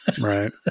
Right